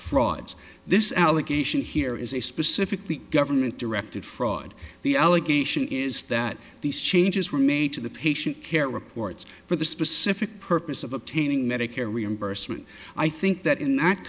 frauds this allegation here is a specifically government directed fraud the allegation is that these changes were made to the patient care reports for the specific purpose of obtaining medicare reimbursement i think that in that